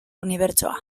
unibertsoa